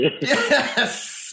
Yes